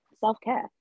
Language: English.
self-care